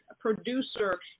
producer